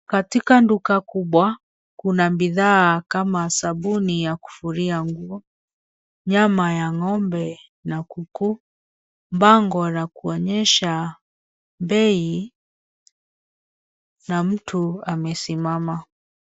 Katika duka kubwa, kuna bidhaa kama sabuni ya kufulia nguo, nyama ya ng'ombe na kuku, bango la kuonyesha bei na mtu amesimama.